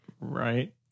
Right